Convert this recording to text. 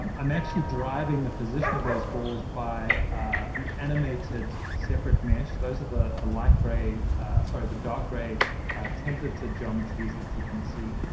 um i'm actually driving the position of those balls by an animated separate mesh. those are the the light gray sorry, the dark gray templated geometries that you can see.